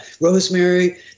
rosemary